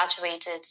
graduated